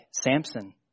Samson